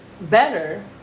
better